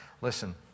Listen